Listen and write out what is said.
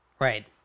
Right